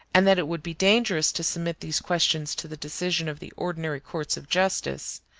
and that it would be dangerous to submit these questions to the decision of the ordinary courts of justice,